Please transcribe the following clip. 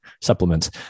supplements